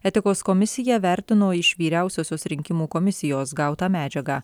etikos komisija vertino iš vyriausiosios rinkimų komisijos gautą medžiagą